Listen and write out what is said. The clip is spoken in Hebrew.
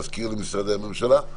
להזכיר למשרדי הממשלה,